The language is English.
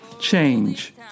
change